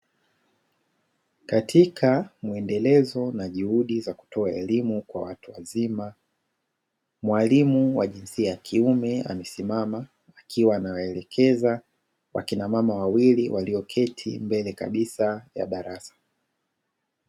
Katika mwendelezo na juhudi za kutoa elimu kwa watu wazima, mwalimu wa jinsia ya kiume amesimama akiwa anawaelekeza wakinamama wawili walioketi mbele kabisa ya darasa.